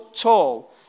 tall